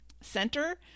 center